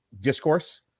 Discourse